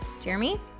Jeremy